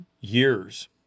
years